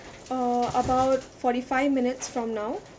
uh about forty five minutes from now